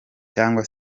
cyangwa